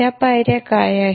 त्या पायऱ्या काय आहेत